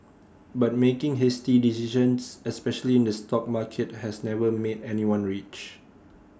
but making hasty decisions especially in the stock market has never made anyone rich